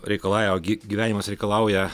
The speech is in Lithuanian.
reikalauja ogi gyvenimas reikalauja